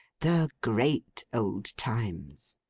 the great old times.